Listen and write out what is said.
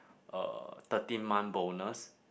uh thirteenth month bonus